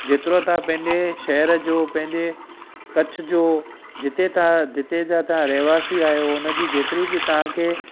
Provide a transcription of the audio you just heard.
जेतिरो तव्हां पंहिंजे शहर जो पंहिंजे कच्छ जो जिते तव्हां जिते जा तव्हां रहवासी आहियो उनजी जेतरी बि तव्हां खे